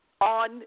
on